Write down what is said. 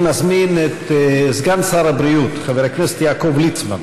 אני מזמין את סגן שר הבריאות חבר הכנסת יעקב ליצמן